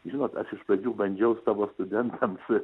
žinot aš iš pradžių bandžiau savo studentams